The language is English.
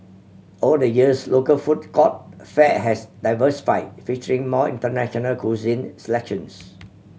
over the years local food court fare has diversify featuring more international cuisine selections